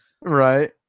Right